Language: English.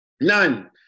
none